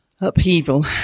upheaval